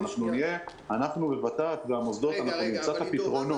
אבל אנחנו וות"ת והמוסדות נמצא את הפתרונות.